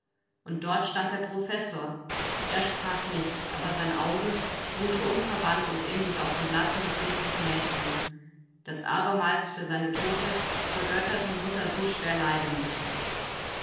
und dort stand der professor er sprach nicht aber sein auge ruhte unverwandt und innig auf dem blassen gesicht des mädchens das abermals für seine tote vergötterte mutter so schwer leiden mußte